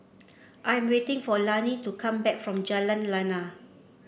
I am waiting for Lani to come back from Jalan Lana